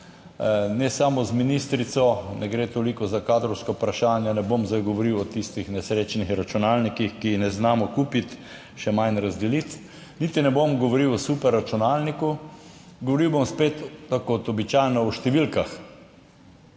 ne samo z ministrico, ne gre toliko za kadrovska vprašanja, ne bom zdaj govoril o tistih nesrečnih računalnikih, ki jih ne znamo kupiti, še manj razdeliti, niti ne bom govoril o super računalniku, govoril bom spet, tako kot običajno, o številkah.